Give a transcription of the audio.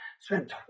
spent